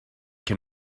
can